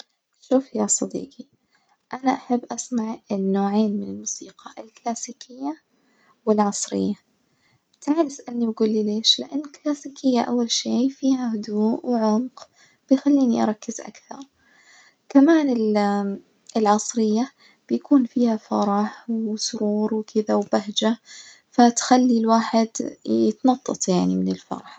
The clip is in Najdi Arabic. شوف يا صديجي، أنا أحب أسمع النوعين من الموسيقى الكلاسيكية والعصرية، تعال اسألني وجولي ليش؟ لإن الكلاسيكية أول شي فيها هدوء وعمق بيخليني أركز أكثر، كمان ال العصرية بيكون فيها فرح وسرور وكدة و بهجة، فتخلي الواحد يتنطط يعني كدة من الفرحة.